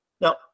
now